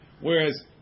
whereas